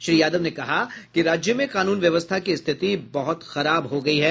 श्री यादव ने कहा कि राज्य में कानून व्यवस्था की स्थिति बहुत खराब हो गयी है